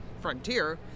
Frontier